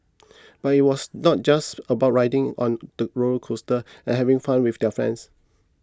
but it was not just about riding on the roller coasters and having fun with their friends